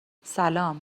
سلام